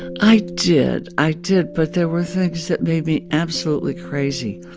and i did. i did. but there were things that made me absolutely crazy.